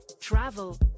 travel